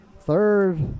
third